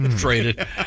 traded